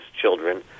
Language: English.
children